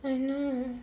I know right